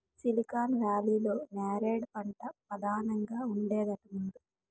silicon వేలీలో నేరేడు పంటే పదానంగా ఉండేదట ముందు